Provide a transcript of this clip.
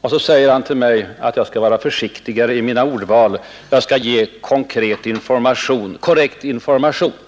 Därefter ber han mig att vara ”försiktigare i mitt ordval”, och begär att jag skall ge ”korrekta informationer”.